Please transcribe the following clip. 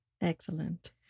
Excellent